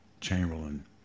Chamberlain